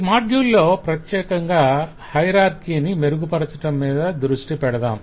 ఈ మాడ్యూల్ లో ప్రత్యేకంగా హయరార్కిని మెరుగుపరచటంమీద దృష్టి పెడదాం